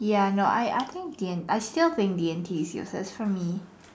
ya no I I think D N~ I still think D and T is useless for me